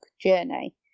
journey